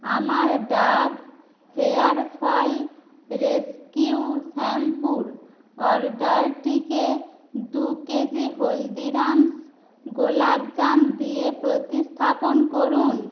আমার Dove hair fall rescue শ্যাম্পু্র অর্ডারটিকে দু কেজি হলদিরাম্স গোলাপ জাম দিয়ে প্রতিস্থাপন করুন